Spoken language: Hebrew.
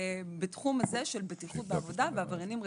בתחום של בטיחות בעבודה ועבריינים רצידיביסטים.